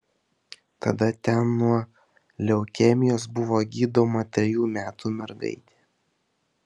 tada ten nuo leukemijos buvo gydoma trejų metų mergaitė